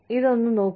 ഇതൊന്നു നോക്കൂ